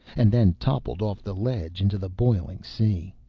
and then toppled off the ledge into the boiling sea.